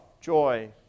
joy